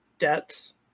debts